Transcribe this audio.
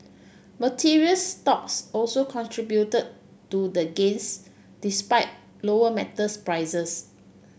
materials stocks also contributed to the gains despite lower metals prices